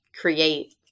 create